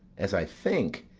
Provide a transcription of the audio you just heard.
as i think,